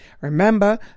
Remember